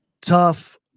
tough –